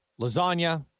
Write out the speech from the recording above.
Lasagna